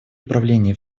управление